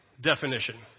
definition